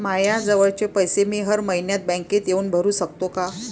मायाजवळचे पैसे मी हर मइन्यात बँकेत येऊन भरू सकतो का?